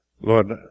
Lord